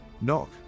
Knock